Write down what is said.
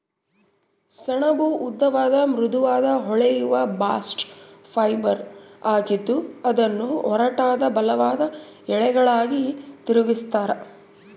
ಸೆಣಬು ಉದ್ದವಾದ ಮೃದುವಾದ ಹೊಳೆಯುವ ಬಾಸ್ಟ್ ಫೈಬರ್ ಆಗಿದ್ದು ಅದನ್ನು ಒರಟಾದ ಬಲವಾದ ಎಳೆಗಳಾಗಿ ತಿರುಗಿಸ್ತರ